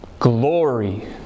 Glory